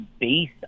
base